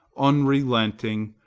unrelenting,